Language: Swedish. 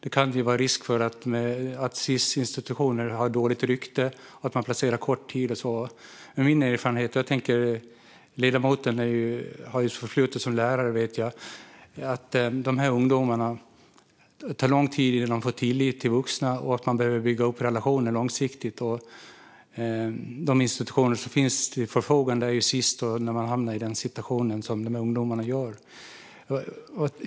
Det kan vara risk för att Sis institutioner har dåligt rykte. Man placerar under kort tid och så vidare. Jag vet att ledamoten har ett förflutet som lärare. Det tar lång tid innan dessa ungdomar får tillit till vuxna. Man behöver bygga upp relationer långsiktigt. De institutioner som finns till förfogande är Sis, när man hamnar i den situation som dessa ungdomar gör.